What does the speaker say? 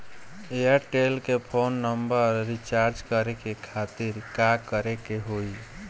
Airtel के phone number recharge करे के खातिर का करे के होई?